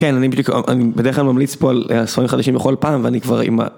כן, בדרך כלל אני ממליץ פה על ספרים חדשים בכל פעם, ואני כבר עם ה